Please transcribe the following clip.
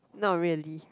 not really